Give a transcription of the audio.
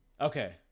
Okay